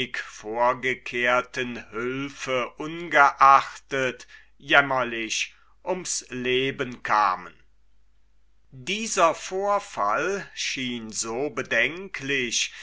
vorgekehrten hülfe ungeachtet jämmerlich ums leben kamen dieser vorfall schien so bedenklich